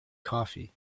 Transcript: coffee